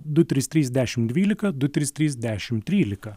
du trys trys dešim dvylika du trys trys dešim trylika